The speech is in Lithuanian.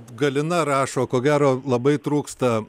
galina rašo ko gero labai trūksta